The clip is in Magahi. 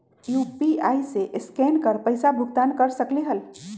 यू.पी.आई से स्केन कर पईसा भुगतान कर सकलीहल?